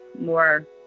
more